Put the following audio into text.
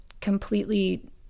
completely